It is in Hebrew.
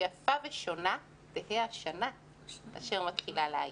"יפה ושונה תהא השנה אשר מתחילה לה היום".